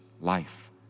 life